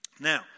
Now